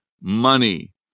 money